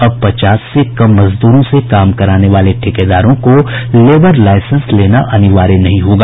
अब पचास से कम मजदूरों से काम कराने वाले ठेकेदारों को लेबर लाइसेंस लेना अनिवार्य नहीं होगा